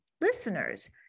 listeners